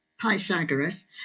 Pythagoras